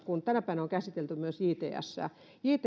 kun tänä päivänä on käsitelty myös jtsää